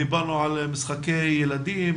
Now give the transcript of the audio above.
דיברנו על משחקי ילדים,